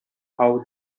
how